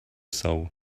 saw